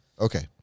Okay